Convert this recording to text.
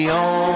on